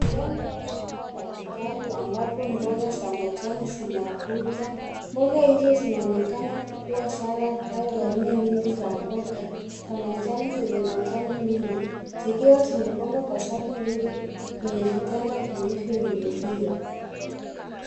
Ndani au shamba la kitaru ambapo mboga za majani zinakuza. Mboga hizo zinaonekana kuwa salad au aina nyingi za mboga za majani zenye majani mingi, zikiwa zimepangwa kwa safu ndefu kwenye vitanda vilivyoinuliwa.